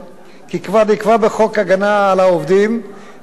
כי כבר נקבע בחוק הגנה על עובדים (חשיפת